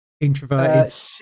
Introverted